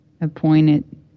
Appointed